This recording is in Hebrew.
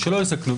ושלא יסכנו.